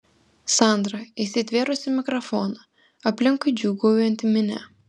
sandra įsitvėrusi mikrofoną aplinkui džiūgaujanti minia